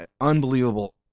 unbelievable